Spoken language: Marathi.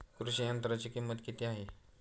कृषी यंत्राची किंमत किती आहे?